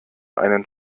einen